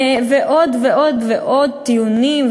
ועוד ועוד ועוד טיעונים.